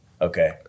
Okay